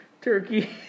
Turkey